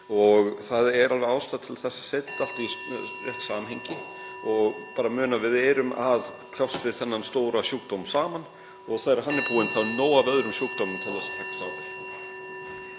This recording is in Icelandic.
Það er alveg ástæða til þess að setja þetta allt í rétt samhengi og muna að við erum að kljást við þennan stóra sjúkdóm saman og þegar hann er búinn þá er nóg af öðrum sjúkdómum til að takast á við.